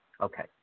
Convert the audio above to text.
Okay